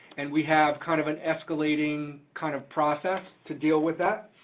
and we have kind of an escalating kind of process to deal with that.